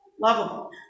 lovable